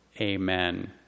Amen